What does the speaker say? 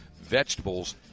vegetables